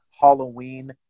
Halloween